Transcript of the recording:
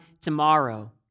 tomorrow